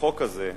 שהחוק הזה,